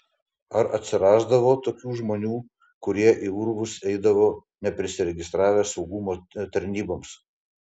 ar atsirasdavo tokių žmonių kurie į urvus eidavo neprisiregistravę saugumo tarnyboms